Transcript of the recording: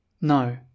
No